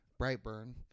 *Brightburn*